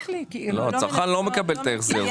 הצרכן לא מקבל את ההחזר.